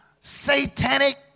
satanic